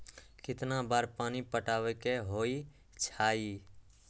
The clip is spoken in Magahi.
कितना बार पानी पटावे के होई छाई?